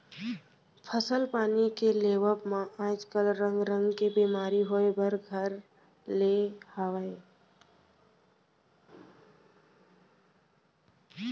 फसल पानी के लेवब म आज काल रंग रंग के बेमारी होय बर घर ले हवय